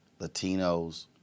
Latinos